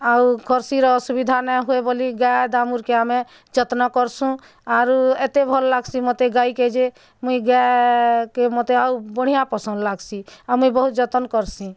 ଆଉ ଖର୍ସି ର ଅସୁବିଧା ନାଇଁ ହୁଏ ବୋଲି ଗାଏ ଦାମୁର୍ କେ ଆମେ ଯତ୍ନ କର୍ସୁଁ ଆରୁ ଏତେ ଭଲ୍ ଲାଗ୍ସି ମୋତେ ଗାଈକେ ଯେ ମୁଇଁ ଗାଏ କେ ମୋତେ ଆଉ ବଢ଼ିଆ ପସନ୍ଦ୍ ଲାଗ୍ସି ଆଉ ମୁଇଁ ବହୁତ୍ ଯତନ୍ କର୍ସିଁ